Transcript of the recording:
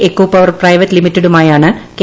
Ecopower private ലിമിറ്റഡുമായാണ് K